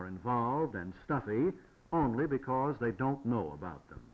are involved and stuff only because they don't know about them